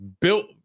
built –